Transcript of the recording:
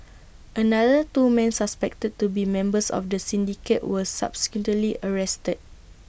another two men suspected to be members of the syndicate were subsequently arrested